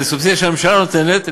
זו סובסידיה שהממשלה נותנת,